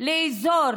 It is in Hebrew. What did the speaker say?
לאזור